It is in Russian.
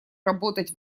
работать